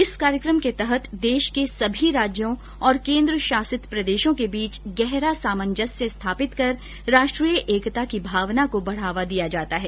इस कार्यक्रम के तहत देश के सभी राज्यों और केन्द्रशासित प्रदेशों के बीच गहरा सामंजस्य स्थापित कर राष्ट्रीय एकता की भावना को बढ़ावा दिया जाता है